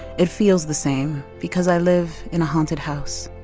it feels the same because i live in a haunted house.